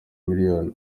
miliyoni